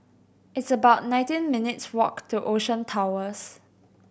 it's about nineteen minutes' walk to Ocean Towers